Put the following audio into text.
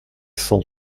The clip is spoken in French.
cent